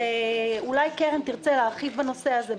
אולי קרן תרצה להרחיב בנושא הזה.